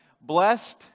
Blessed